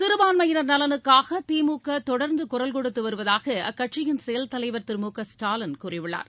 சிறுபான்மையினர் நலனுக்காக திமுக தொடர்ந்து குரல் கொடுத்து வருவதாக அக்கட்சியின் செயல் தலைவர் திரு மு க ஸ்டாலின் கூறியுள்ளார்